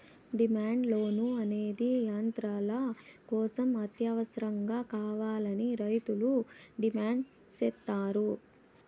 demand loan అనేది యంత్రాల కోసం అత్యవసరంగా కావాలని రైతులు డిమాండ్ సేత్తారు